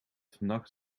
vannacht